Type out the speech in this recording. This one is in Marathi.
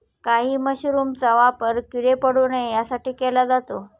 काही मशरूमचा वापर किडे पडू नये यासाठी केला जातो